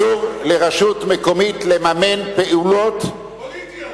שאסור לרשות מקומית לממן פעולות, פוליטיות.